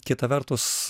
kita vertus